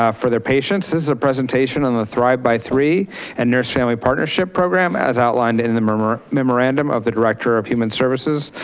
ah for their patience this a presentation on the thrive by three and nurse family partnership program as outlined in in the memorandum of the director of human services,